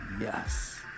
yes